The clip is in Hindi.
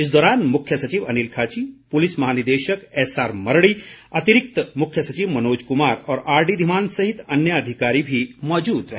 इस दौरान मुख्य सचिव अनिल खाची पुलिस महानिदेशक एसआर मरड़ी अतिरिक्त मुख्य सचिव मनोज कुमार और आरडी धीमान सहित अन्य अधिकारी भी मौजूद रहे